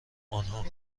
آنها